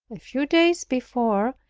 a few days before,